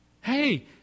Hey